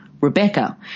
rebecca